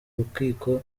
rukiko